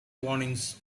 warnings